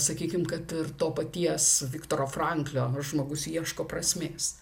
sakykime kad ir to paties viktoro franklio žmogus ieško prasmės